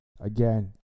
Again